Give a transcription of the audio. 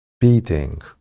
beating